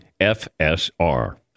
FSR